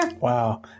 Wow